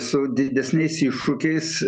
su didesniais iššūkiais